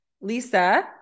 Lisa